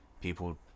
People